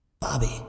Bobby